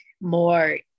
more